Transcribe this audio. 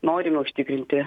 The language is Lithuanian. norime užtikrinti